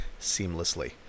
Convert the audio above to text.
seamlessly